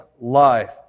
life